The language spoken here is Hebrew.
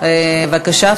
בבקשה,